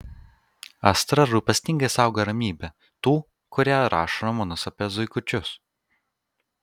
astra rūpestingai saugo ramybę tų kurie rašo romanus apie zuikučius